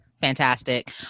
fantastic